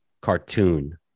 cartoon